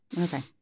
Okay